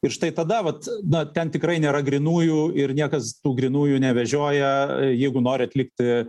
ir štai tada vat na ten tikrai nėra grynųjų ir niekas tų grynųjų nevežioja jeigu nori atlikti